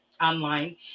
online